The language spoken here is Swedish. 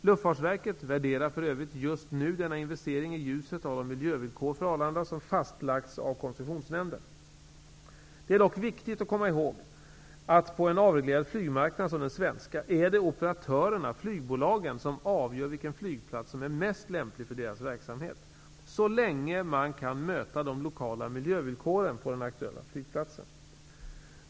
Luftfartsverket värderar för övrigt just nu denna investering i ljuset av de miljövillkor för Arlanda som fastlagts av koncessionsnämnden. Det är dock viktigt att komma ihåg att på en avreglerad flygmarknad som den svenska är det operatörerna/flygbolagen som avgör vilken flygplats som är mest lämplig för deras verksamhet -- så länge man kan möta de lokala miljövillkoren på den aktuella flygplatsen.